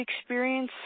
experience